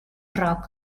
rock